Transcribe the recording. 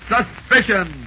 Suspicion